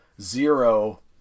zero